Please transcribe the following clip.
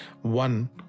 one